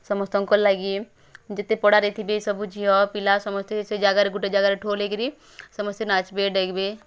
ସମସ୍ତଙ୍କର୍ ଲାଗି ଯେତେ ପଡ଼ାରେ ଥିବେ ସବୁ ଝିଅ ପିଲା ସମସ୍ତେ ସେ ଜାଗାରେ ଗୁଟେ ଜାଗାରେ ଠୁଲ୍ ହେଇକରି ସମସ୍ତେ ନାଚ୍ବେ ଡ଼େଗ୍ ବେ